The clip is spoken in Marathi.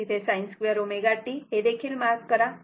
तसेच इथे sin2ω t हे देखील मार्क करा